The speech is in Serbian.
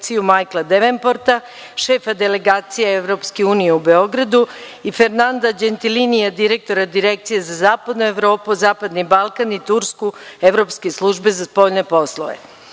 Majkla Devenporta, šefa delegacije Evropske unije u Beogradu i Fernanda Đentilinija, direktora Direkcije za Zapadnu Evropu, Zapadni Balkan i Tursku Evropske službe za spoljne